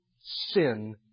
sin